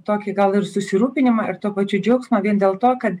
tokį gal ir susirūpinimą ir tuo pačiu džiaugsmą vien dėl to kad